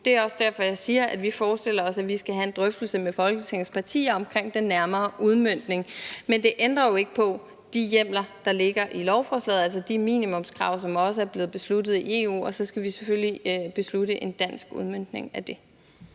det er også derfor, jeg siger, at vi forestiller os, at vi skal have en drøftelse med Folketingets partier om den nærmere udmøntning. Men det ændrer jo ikke på de hjemler, der ligger i lovforslaget, altså de minimumskrav, som også er blevet besluttet i EU, og som vi selvfølgelig skal beslutte en dansk udmøntning af.